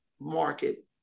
market